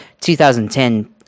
2010